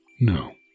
No